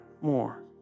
More